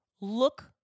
look